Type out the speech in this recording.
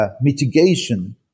mitigation